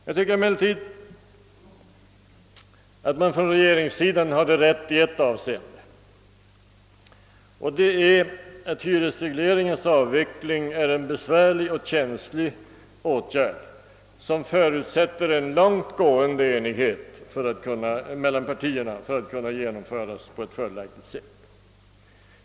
Jag tycker emellertid att man från regeringens sida hade rätt i ett avseende, och det är att hyresregleringens avveckling är en besvärlig och känslig åtgärd som förutsätter en långtgående enighet mellan partierna för att kunna genomföras på ett fördelaktigt sätt.